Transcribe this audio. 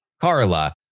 Carla